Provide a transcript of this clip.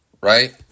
Right